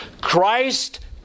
Christ